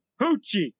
hoochie